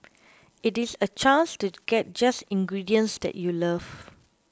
it is a chance to get just ingredients that you love